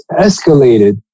escalated